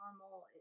normal